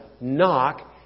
Knock